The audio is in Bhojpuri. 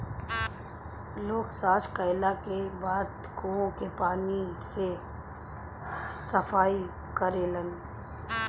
लोग सॉच कैला के बाद कुओं के पानी से सफाई करेलन